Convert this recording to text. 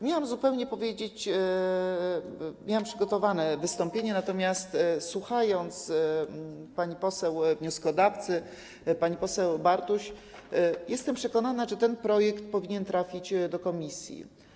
Miałam zupełnie powiedzieć... miałam przygotowane wystąpienie, natomiast po wysłuchaniu pani poseł wnioskodawcy, pani poseł Bartuś, jestem przekonana, że ten projekt powinien trafić do komisji.